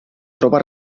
troba